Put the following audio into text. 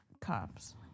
cops